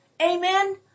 Amen